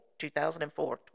2004